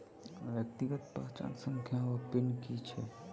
व्यक्तिगत पहचान संख्या वा पिन की है?